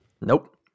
nope